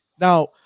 Now